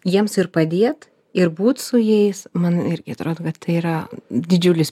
jiems ir padėt ir būt su jais man irgi atrodo kad tai yra didžiulis